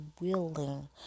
willing